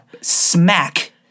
smack